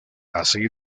así